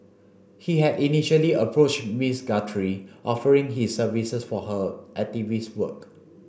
he had initially approached Ms Guthrie offering his services for her activist work